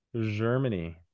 Germany